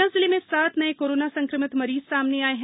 पन्ना जिले में सात नए कोरोनॉ संक्रमित मरीज सामने आए है